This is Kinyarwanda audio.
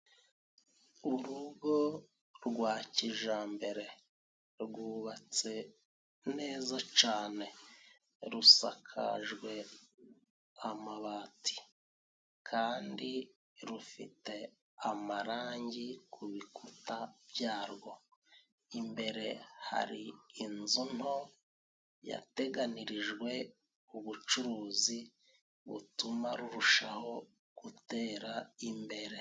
Urugo rwa kijambere. Rwubatse neza cane. Rusakajwe amabati. Kandi rufite amarangi ku bikuta byarwo. Imbere hari inzu nto yateganirijwe ubucuruzi butuma rurushaho gutera imbere